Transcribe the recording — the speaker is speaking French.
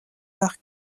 par